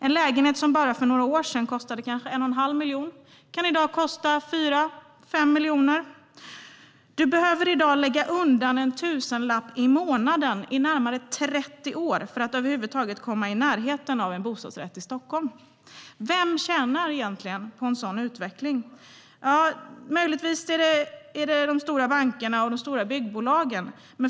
En lägenhet som för bara några år sedan kostade kanske 1 1⁄2 miljon kan i dag kosta 4 eller 5 miljoner. Du behöver i dag lägga undan en tusenlapp i månaden i närmare 30 år för att över huvud taget komma i närheten av en bostadsrätt i Stockholm. Vem tjänar egentligen på en sådan utveckling? Ja, det är möjligtvis de stora bankerna och de stora byggbolagen.